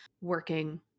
working